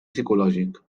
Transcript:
psicològic